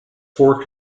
four